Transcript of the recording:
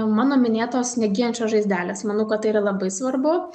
mano minėtos negyjančios žaizdelės manau kad tai yra labai svarbu